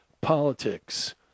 politics